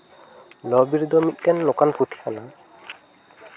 ᱞᱚᱼᱵᱤᱨ ᱫᱚ ᱢᱤᱫᱴᱮᱱ ᱱᱚᱝᱠᱟᱱ ᱯᱩᱛᱷᱤ ᱠᱟᱱᱟ